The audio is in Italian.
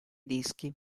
dischi